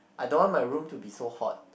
I don't want my room to be so hot